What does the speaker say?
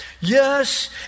Yes